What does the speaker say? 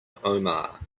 omar